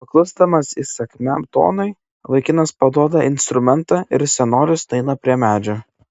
paklusdamas įsakmiam tonui vaikinas paduoda instrumentą ir senolis nueina prie medžio